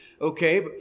Okay